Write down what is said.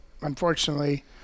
unfortunately